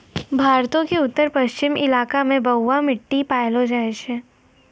भारतो के उत्तर पश्चिम इलाका मे बलुआ मट्टी पायलो जाय छै